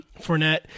Fournette